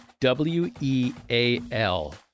W-E-A-L